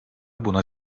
buna